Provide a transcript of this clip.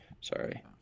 Sorry